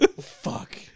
Fuck